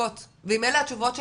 התשובות של